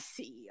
CEO